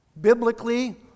Biblically